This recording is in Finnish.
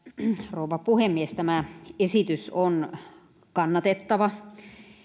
rouva puhemies tämä esitys on kannatettava